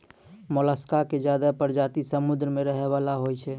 मोलसका के ज्यादे परजाती समुद्र में रहै वला होय छै